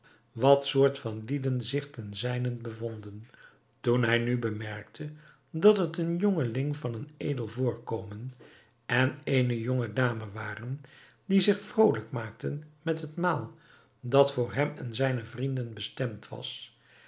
wat soort van lieden zich ten zijnent bevonden toen hij nu bemerkte dat het een jongeling van een edel voorkomen en eene jonge dame waren die zich vroolijk maakten met het maal dat voor hem en zijne vrienden bestemd was